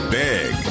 big